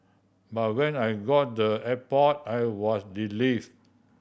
but when I got the airport I was relieved